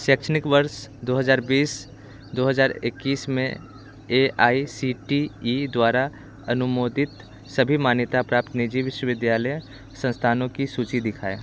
शैक्षणिक वर्ष दो हज़ार बीस से दो हज़ार इक्कीस में A I C T E द्वारा अनुमोदित सभी मान्यता प्राप्त निजी विश्वविद्यालय संस्थानों की सूचि दिखाएँ